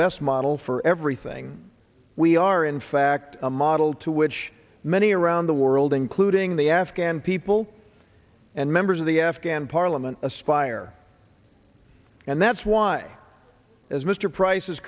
best model for everything we are in fact a model to which many around the world including the afghan people and members of the afghan parliament aspire and that's why as mr price